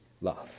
love